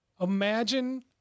imagine